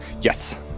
yes